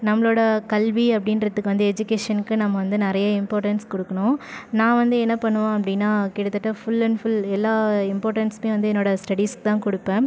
நம்மளோடய கல்வி அப்படின்றத்துக்கு வந்து எஜிகேஷனுக்கு நம்ம வந்து நிறைய இம்பார்ட்டன்ஸ் கொடுக்கணும் நான் வந்து என்ன பண்ணுவேன் அப்படினா கிட்டத்தட்ட ஃபுல் அண்ட் ஃபுல் எல்லா இம்பார்ட்டன்ஸுமே வந்து என்னோடய ஸ்டடீஸ்க்கு தான் கொடுப்பேன்